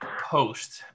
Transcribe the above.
post